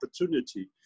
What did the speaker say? opportunity